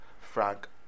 Frank